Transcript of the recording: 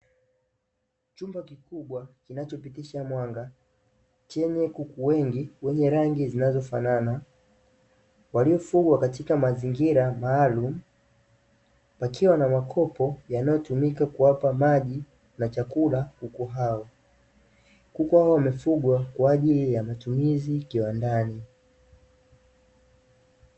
Chumba kikubwa kinachopitisha mwanga, chenye kuku wengi wenye rangi zinazofanana, waliofugwa katika mazingira maalumu; pakiwa na makopo yanayotumika kuwapa maji na chakula kuku hao. Kuku hao wamefugwa kwa ajili ya matumizi kiwandani.